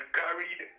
carried